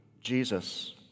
Jesus